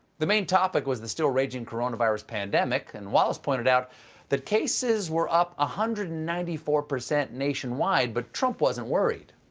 the main topic was the still-raging coronavirus pandemic. and wallace pointed out that cases were up one ah hundred and ninety four percent nationwide, but trump wasn't worried.